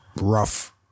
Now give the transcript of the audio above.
rough